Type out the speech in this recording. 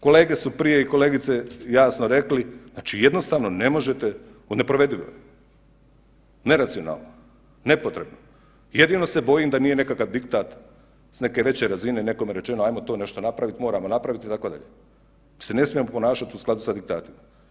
Kolege su prije i kolegice jasno rekli znači jednostavno ne možete, neprovedivo je neracionalno, nepotrebno, jedino se bojim da nije nekakav diktat s neke veće razine nekome rečeno ajmo to nešto napraviti moramo napraviti itd., mi se ne smijemo ponašati u skladu sa diktatom.